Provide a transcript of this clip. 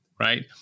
Right